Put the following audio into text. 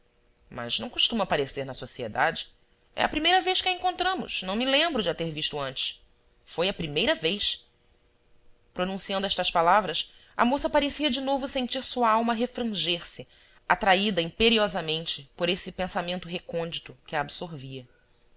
mas não costuma aparecer na sociedade é a primeira vez que a encontramos não me lembro de a ter visto antes foi a primeira vez pronunciando estas palavras a moça parecia de novo sentir sua alma refranger se atraída imperiosamente por esse pensamento recôndito que a absorvia